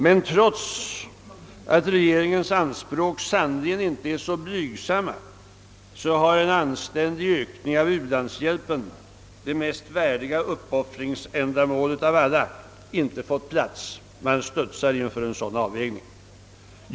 Men trots att regeringens anspråk sannerligen inte är så blygsamma, så har en anständig ökning av u-landshjälpen — det mest värdiga uppoffringsändamålet av alla — inte fått plats. Man studsar inför en sådan avvägning.